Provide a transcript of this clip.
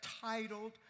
titled